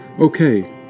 Okay